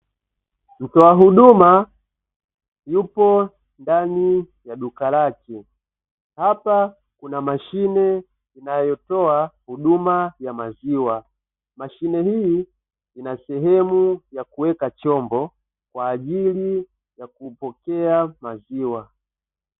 Mtoa huduma yupo ndani ya duka lake. Hapa kuna mashine inayotoa huduma ya maziwa. Mashine hii ina sehemu ya kuweka chombo kwa ajili ya kupokea maziwa.